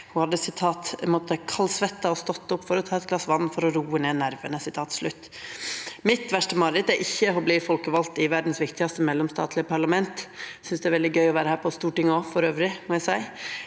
«Jeg hadde kaldsvettet og stått opp for å ta et glass vann for å roe ned nervene.» Mitt verste mareritt er ikkje å verta folkevalt i verdas viktigaste mellomstatlege parlament – eg synest det er veldig gøy å vera her på Stortinget òg, må eg